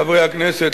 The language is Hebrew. חברי הכנסת,